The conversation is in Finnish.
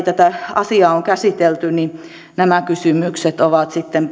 tätä asiaa on käsitelty niin nämä kysymykset ovat sitten